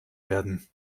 werden